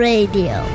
Radio